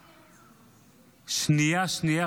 שנייה-שנייה,